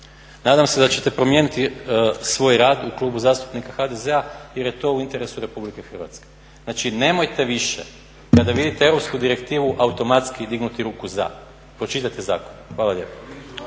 Nadam se da ćete promijeniti svoj rad u Klubu zastupnika HDZ-a jer je to u interesu Republike Hrvatske. Znači nemojte više kada vidite europsku direktivu automatski dignuti ruku za, pročitajte zakon. Hvala lijepo.